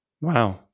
Wow